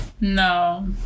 no